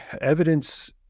evidence